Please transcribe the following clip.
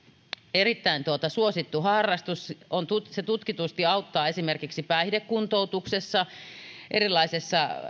erittäin suosittu harrastus se tutkitusti auttaa esimerkiksi päihdekuntoutuksessa ja erilaisessa